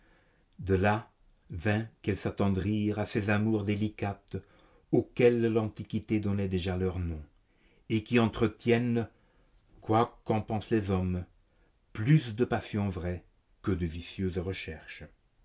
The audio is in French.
de là vint qu'elles s'attendrirent à ces amours délicates auxquelles l'antiquité donnait déjà leur nom et qui entretiennent quoi qu'en pensent les hommes plus de passion vraie que de vicieuse recherche